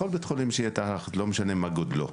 בכל בית חולים, לא משנה מה גודלו,